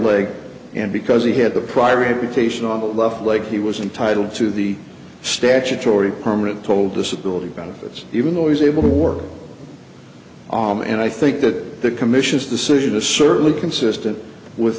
leg and because he had the primary patient on the left leg he was entitled to the statutory permanent toll disability benefits even though he's able to work and i think that the commission's decision is certainly consistent with